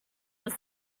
was